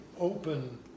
open